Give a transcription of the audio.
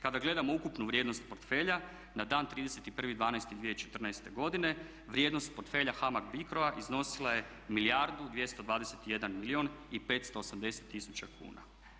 Kada gledamo ukupnu vrijednost portfelja na dan 31.12.2014. godine vrijednost portfelja HAMAG BICRO-a iznosila je 1 milijardu 221 milijun i 580 tisuća kuna.